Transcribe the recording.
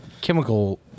chemical